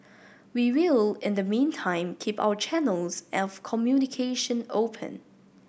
we will in the meantime keep our channels of communication open